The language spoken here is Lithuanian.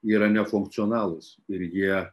yra nefunkcionalūs ir jie